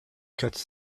cuts